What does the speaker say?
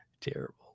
terrible